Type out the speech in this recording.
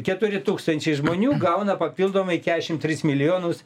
keturi tūkstančiai žmonių gauna papildomai keturiasdešim tris milijonus